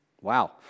Wow